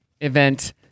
event